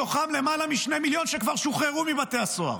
מתוכם למעלה מ-2 מיליון שכבר שוחררו מבתי הסוהר.